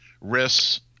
risks